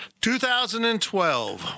2012